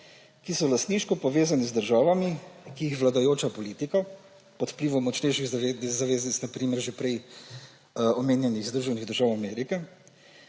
ki so lastniško povezani z državami, ki jih vladajoča politika pod vplivom močnejših zaveznic, na primer že prej omenjenih Združenih držav Amerike,